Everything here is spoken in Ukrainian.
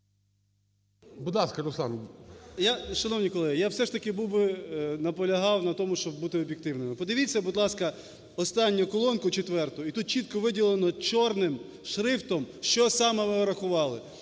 Шановні колеги, я би все ж таки наполягав на тому, щоби бути об'єктивними. Подивіться, будь ласка, останню колонку четверту, і тут чітко виділено чорним шрифтом, що саме ми врахували.